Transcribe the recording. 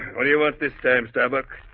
what do you want this time starbuck?